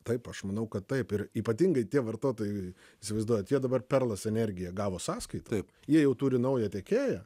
taip aš manau kad taip ir ypatingai tie vartotojai įsivaizduojat jie dabar perlas ane gavo sąskaitą jie jau turi naują tiekėją